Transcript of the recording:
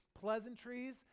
pleasantries